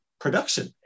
production